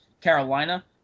Carolina